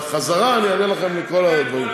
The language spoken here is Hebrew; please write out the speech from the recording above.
בחזרה אני אענה לכם על כל הדברים.